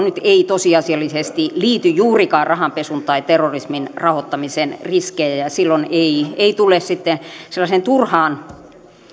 nyt ei tosiasiallisesti liity juurikaan rahanpesun tai terrorismin rahoittamisen riskejä ja silloin ei ei tule sitten sellaiseen turhaan